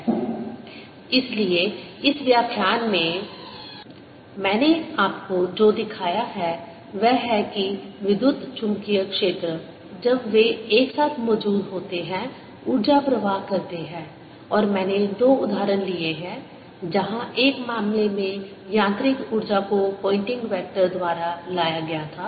Energy density120B202K2200K22 Total energyV0K22 इसलिए इस व्याख्यान में मैंने आपको जो दिखाया है वह है कि विद्युत चुम्बकीय क्षेत्र जब वे एक साथ मौजूद होते हैं ऊर्जा प्रवाह करते हैं और मैंने दो उदाहरण लिए हैं जहां एक मामले में यांत्रिक ऊर्जा को पोयनटिंग वेक्टर द्वारा लाया गया था